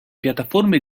piattaforme